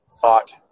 thought